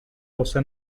غصه